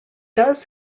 does